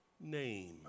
name